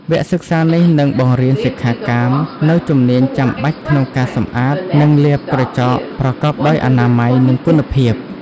វគ្គសិក្សានេះនឹងបង្រៀនសិក្ខាកាមនូវជំនាញចាំបាច់ក្នុងការសម្អាត និងលាបក្រចកប្រកបដោយអនាម័យ និងគុណភាព។